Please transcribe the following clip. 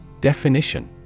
Definition